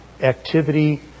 activity